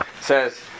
says